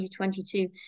2022